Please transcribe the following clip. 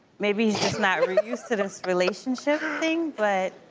maybe he's just not really used to this relationship thing but,